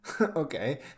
Okay